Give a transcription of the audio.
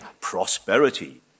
prosperity